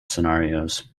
scenarios